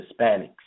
Hispanics